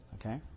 Okay